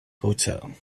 hotel